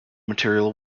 material